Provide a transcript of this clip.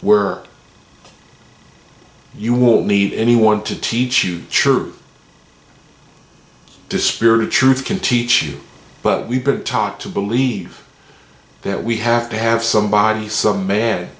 were you will need anyone to teach you church dispirit truth can teach you but we've been taught to believe that we have to have somebody some man